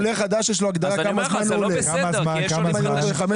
יש אנשים שהם עולים חדשים